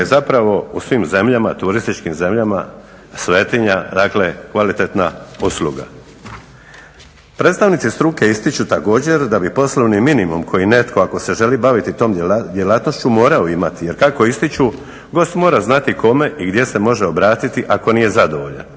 zapravo u svim zemljama, turističkim zemljama, svetinja, dakle kvalitetna usluga. Predstavnici struke ističu također da bi poslovni minimum koji netko ako se želi baviti tom djelatnošću morao imati jer kako ističu gost mora znati kome i gdje se može obratiti ako nije zadovoljan,